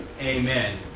Amen